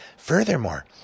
Furthermore